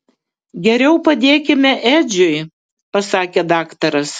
geriau padėkime edžiui pasakė daktaras